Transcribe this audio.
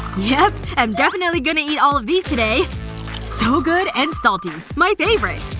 yep. am definitely going to eat all of these today so good and salty. my favorite!